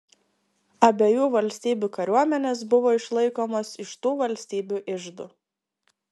abiejų valstybių kariuomenės buvo išlaikomos iš tų valstybių iždų